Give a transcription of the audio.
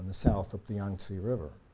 south of the yangtze river.